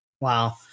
Wow